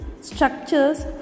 structures